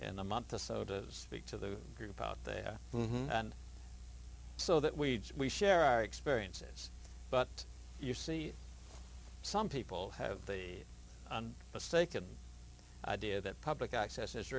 in a month or so to speak to the group out there and so that we we share our experiences but you see some people have the mistaken idea that public access is